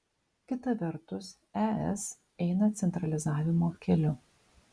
kita vertus es eina centralizavimo keliu